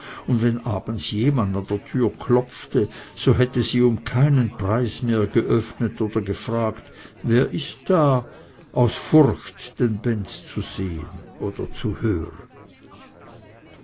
und wenn abends jemand an der türe klopfte so hätte sie um keinen preis mehr geöffnet oder gefragt wer ist da aus furcht den benz zu sehen oder zu hören